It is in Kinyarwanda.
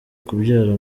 kubyara